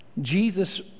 Jesus